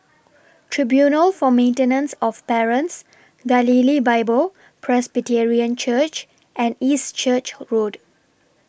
Tribunal For Maintenance of Parents Galilee Bible Presbyterian Church and East Church Road